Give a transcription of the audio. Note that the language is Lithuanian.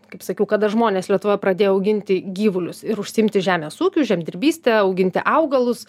kaip sakiau kada žmonės lietuvoje pradėjo auginti gyvulius ir užsiimti žemės ūkiu žemdirbyste auginti augalus